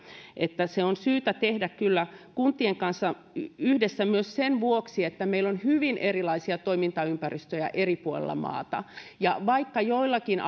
että se on kyllä syytä tehdä kuntien kanssa yhdessä myös sen vuoksi että meillä on hyvin erilaisia toimintaympäristöjä eri puolilla maata vaikka joillakin